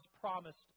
promised